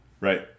Right